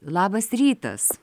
labas rytas